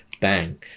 Bang